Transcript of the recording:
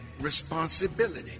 responsibility